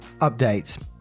Update